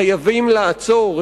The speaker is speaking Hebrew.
חייבים לעצור,